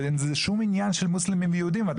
ואין פה שום עניין של מוסלמים ויהודים,